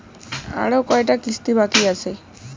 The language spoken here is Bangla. আরো কয়টা কিস্তি বাকি আছে?